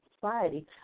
society